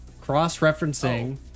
cross-referencing